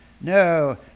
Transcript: No